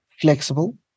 flexible